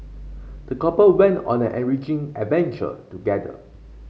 the couple went on an enriching adventure together